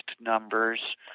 numbers